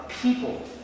people